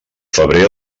febrer